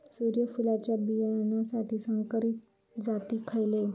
सूर्यफुलाच्या बियानासाठी संकरित जाती खयले?